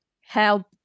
help